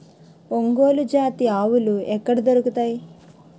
ఒంగోలు జాతి ఆవులు ఎక్కడ దొరుకుతాయి?